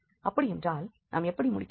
அப்படியென்றால் நாம் எப்படி முடிக்கலாம்